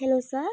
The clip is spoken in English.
hello sir